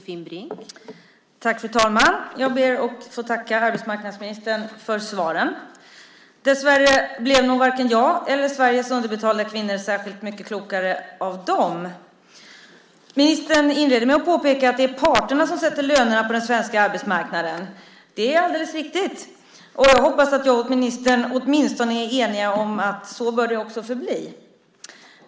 Fru talman! Jag ber att få tacka arbetsmarknadsministern för svaren. Dessvärre blev nog varken jag eller Sveriges underbetalda kvinnor särskilt mycket klokare av dem. Ministern inledde med att påpeka att det är parterna som sätter lönerna på den svenska arbetsmarknaden. Det är alldeles riktigt. Jag hoppas att jag och ministern åtminstone är eniga om att så bör det också förbli.